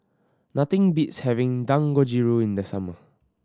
nothing beats having Dangojiru in the summer